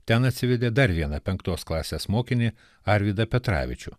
ten atsivedė dar vieną penktos klasės mokinį arvydą petravičių